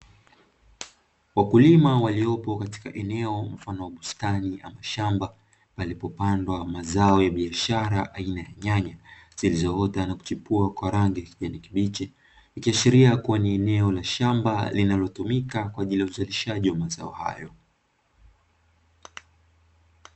Wakulima waliopo katika eneo mfano wa bustani ama shamba, palipopandwa mazao ya biashara aina ya nyanya, zilizoota na kuchipua kwa rangi ya kijani kibichi, ikiashiria kuwa ni eneo la shamba linalotumika kwa ajili ya uzalishaji wa mazao hayo.